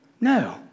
No